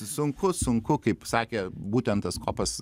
sunku sunku kaip sakė būtent tas kopas